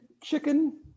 chicken